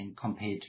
compared